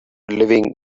living